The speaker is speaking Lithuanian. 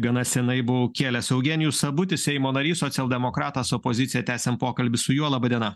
gana senai buvau kėlęs eugenijus sabutis seimo narys socialdemokratas opozicija tęsiam pokalbį su juo laba diena